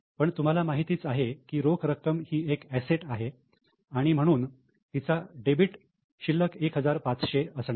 पण तुम्हाला माहीतच आहे की रोख रक्कम ही एक ऍसेट आहे आणि म्हणून तिचा डेबिट शिल्लक 1500 असणार